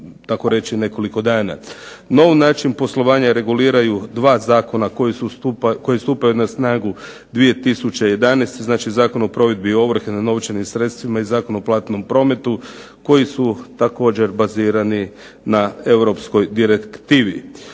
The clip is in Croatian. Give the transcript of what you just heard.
takoreći nekoliko dana. Nov način poslovanja reguliraju dva zakona koji stupaju na snagu 2011. Znači, Zakon o provedbi ovrhe na novčanim sredstvima i Zakon o platnom prometu koji su također bazirani na europskoj direktivi.